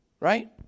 Right